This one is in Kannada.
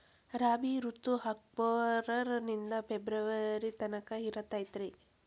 ರಾಬಿ ಋತು ಅಕ್ಟೋಬರ್ ನಿಂದ ಫೆಬ್ರುವರಿ ತನಕ ಇರತೈತ್ರಿ